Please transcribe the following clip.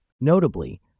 Notably